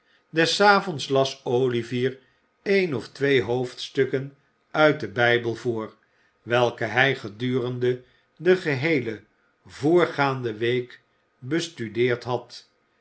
des avonds las olivier een of twee hoofdstukken uit den bijbel voor welke hij gedurende de geheele voorgaande week bestudeerd had